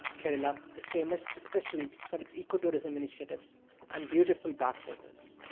kerala is famous especially for its ecotourism initiatives and beautiful backwaters.